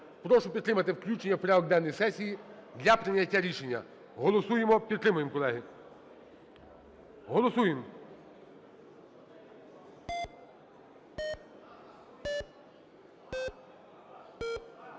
Прошу підтримати включення в порядок денний сесії для прийняття рішення. Голосуємо, підтримуємо, колеги. Голосуємо!